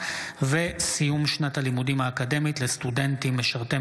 פ/5402/25: הצעת חוק הרשות הלאומית לרפואה משפטית,